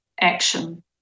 action